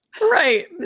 Right